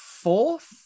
fourth